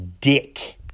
dick